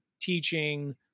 teaching